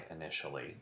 initially